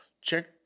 check